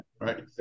Right